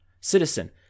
Citizen